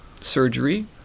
surgery